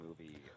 movie